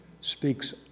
speaks